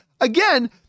Again